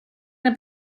una